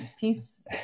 Peace